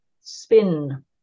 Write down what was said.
spin